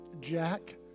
Jack